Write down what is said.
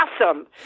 awesome